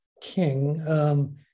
king